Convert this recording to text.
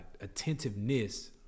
attentiveness